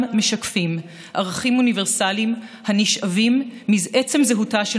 משקפים ערכים אוניברסליים הנשאבים מעצם זהותה של